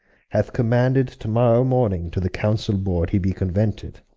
hath commanded to morrow morning to the councell boord he be conuented.